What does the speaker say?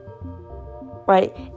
right